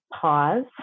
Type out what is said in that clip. pause